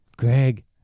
Greg